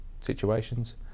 situations